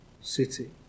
city